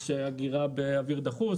יש אגירה באוויר דחוס,